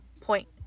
point